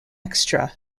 extra